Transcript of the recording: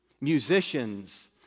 Musicians